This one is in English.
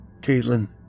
Caitlin